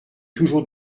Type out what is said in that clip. toujours